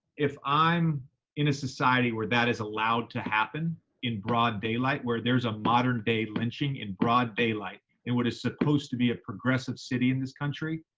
if i'm in a society where that is allowed to happen in broad daylight, where there's a modern-day lynching in broad daylight in what is supposed to be a progressive city in this country,